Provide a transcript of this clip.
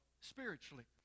spiritually